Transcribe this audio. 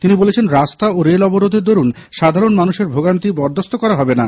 তিনি বলেছেন রাস্তা ও রেল অবরোধের দরুণ সাধারণ মানুষে ভোগান্তি বরদাস্ত করা হবে না